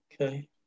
Okay